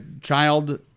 child